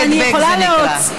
העתק, הדבק, זה נקרא.